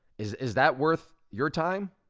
is is that worth your time?